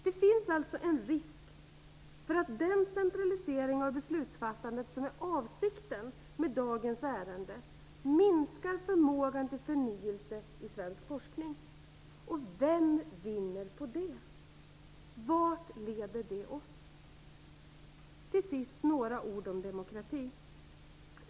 Det finns en risk för att den centralisering av beslutsfattande som är avsikten med dagens ärende minskar förmågan till förnyelse i svensk forskning. Vem vinner på det? Vart leder det oss? Till sist vill jag säga några ord om demokrati.